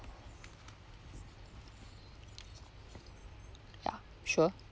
ya sure